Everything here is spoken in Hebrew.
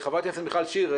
חברת הכנסת מיכל שיר,